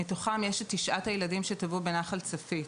מתוכם יש את תשעת הילדים שטבעו בנחל צפית,